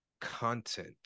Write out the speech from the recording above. content